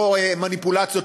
לא מניפולציות,